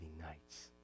nights